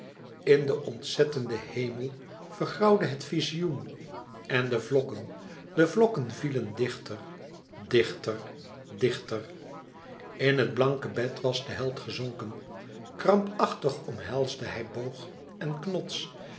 in den ontzettenden hemel vergrauwde het vizioen en de vlokken de vlokken vielen dichter dichter dichter in het blanke bed was de held gezonken krampachtig omhelsde hij boog en knots